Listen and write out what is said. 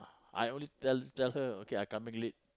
I only tell tell her okay I coming late